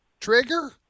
Trigger